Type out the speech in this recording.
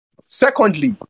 Secondly